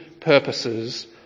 purposes